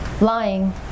Lying